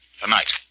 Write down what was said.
Tonight